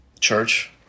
church